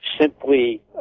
simply